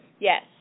Yes